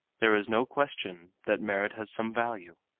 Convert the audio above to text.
there is no question that merit has some value.